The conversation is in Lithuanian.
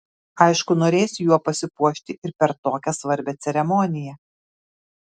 aišku norėsi juo pasipuošti ir per tokią svarbią ceremoniją